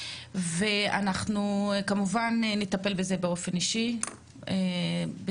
ואנחנו כמובן נטפל בזה באופן אישי בשמחה.